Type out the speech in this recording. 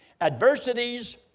adversities